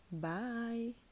Bye